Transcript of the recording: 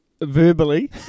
Verbally